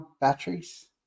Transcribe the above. batteries